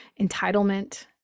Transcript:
entitlement